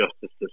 justice